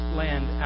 land